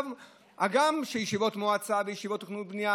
הגם שהיום מצלמים ישיבות מועצה וישיבות תכנון ובנייה,